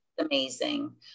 amazing